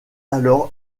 alors